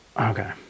okay